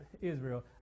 Israel